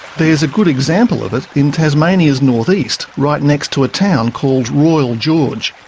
there's a good example of it in tasmania's north-east, right next to a town called royal george.